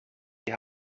die